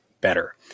better